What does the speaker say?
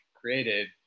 created